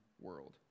world